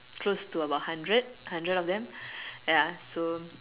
close to about hundred hundred of them ya so